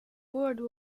world